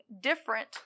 different